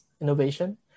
innovation